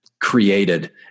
created